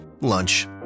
lunch